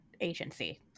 agency